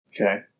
Okay